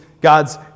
God's